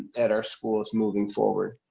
at our schools moving forward.